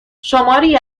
شماری